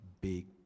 big